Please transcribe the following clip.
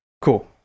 Cool